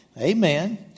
Amen